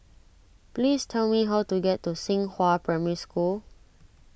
please tell me how to get to Xinghua Primary School